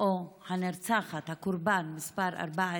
או הנרצחת, הקורבן מס' 14,